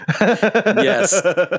Yes